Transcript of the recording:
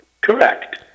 Correct